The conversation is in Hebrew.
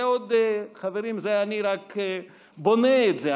זה עוד, חברים, אני רק בונה את זה.